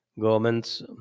Governments